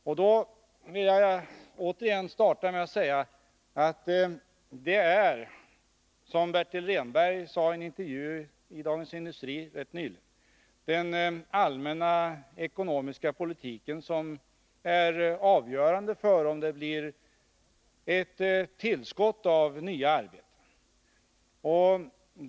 Jag vill återigen starta med att säga att det är — som Bertil Rehnberg sade i en intervju i Dagens Industri rätt nyligen — den allmänna ekonomiska politiken som är avgörande för om det blir ett tillskott av nya arbeten.